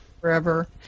forever